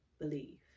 believe